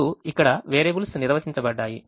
ఇప్పుడు ఇక్కడ వేరియబుల్స్ నిర్వచించబడ్డాయి